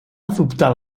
adoptar